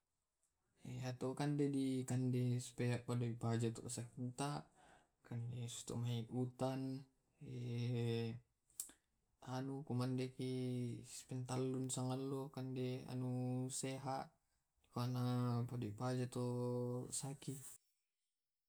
Pasti tu mai paja kojong tu lako kale ke dimarajing palokkoi